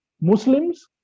Muslims